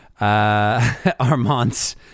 Armand's